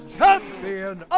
champion